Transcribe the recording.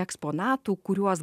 eksponatų kuriuos